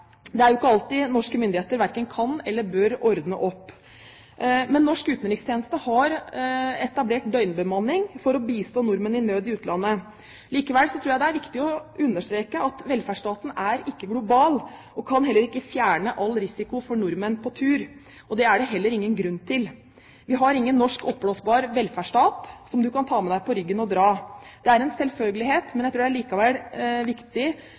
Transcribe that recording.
Det er ikke alltid norske myndigheter verken kan eller bør ordne opp. Men norsk utenrikstjeneste har etablert døgnbemanning for å bistå nordmenn i nød i utlandet. Likevel tror jeg det er viktig å understreke at velferdsstaten ikke er global og heller ikke kan fjerne all risiko for nordmenn på tur. Det er det heller ingen grunn til. Vi har ingen oppblåsbar norsk velferdsstat som du kan ta meg deg på ryggen når du drar. Det er en selvfølgelighet – men jeg tror likevel det er viktig